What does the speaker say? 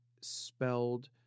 spelled